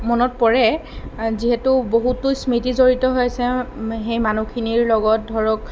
মনত পৰে যিহেতু বহুতো স্মৃতি জড়িত হৈ আছে সেই মানুহখিনিৰ লগত ধৰক